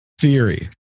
theory